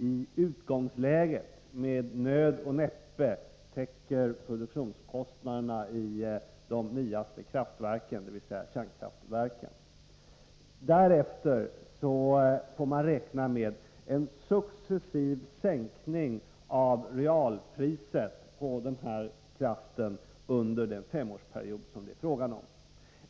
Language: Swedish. i utgångsläget med nöd och näppe täcker produktionskostnaderna i de nyaste kraftverken, dvs. kärnkraftverken. Därefter får man räkna med en successiv sänkning av realpriset på kraften under den femårsperiod som det är fråga om.